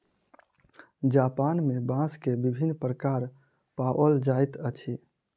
Japan में बांस के विभिन्न प्रकार पाओल जाइत अछि